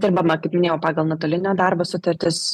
dirbama kaip minėjau pagal nuotolinio darbo sutartis